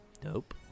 Dope